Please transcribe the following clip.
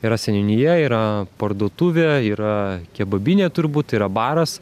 yra seniūnija yra parduotuvė yra kebabinė turbūt yra baras